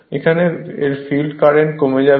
এখানে এর field current কমে যাবে